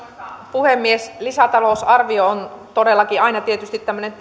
puhemies lisätalousarvio on todellakin aina tietysti tämmöinen